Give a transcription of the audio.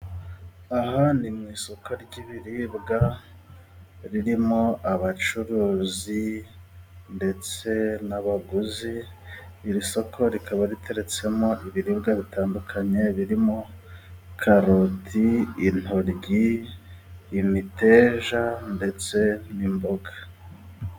Aha ni mu isoko ry'ibiribwa ririmo abacuruzi ndetse n'abaguzi. Iri soko rikaba riteretsemo ibiribwa bitandukanye, birimo karoti intoy,i imiteja ndetse n'imboga.